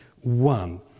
one